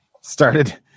started